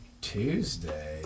Tuesday